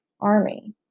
army